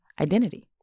Identity